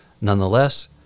nonetheless